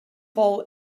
fall